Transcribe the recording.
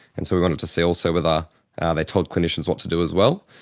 and so we wanted to see also whether they told clinicians what to do as well.